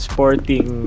Sporting